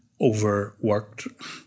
overworked